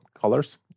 colors